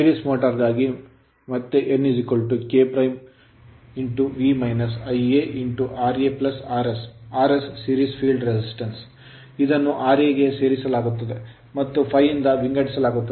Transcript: Series motor ಸರಣಿ motor ಗಾಗಿ ಮತ್ತೆ n K V Iara RS RS series field resistance ಸರಣಿ ಕ್ಷೇತ್ರ ಪ್ರತಿರೋಧವಾಗಿದೆ ಇದನ್ನು ra ಸೇರಿಸಲಾಗುತ್ತದೆ ಮತ್ತು ∅ ಇಂದ ವಿಂಗಡಿಸಲಾಗುತ್ತದೆ